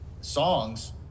songs